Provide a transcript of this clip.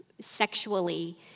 sexually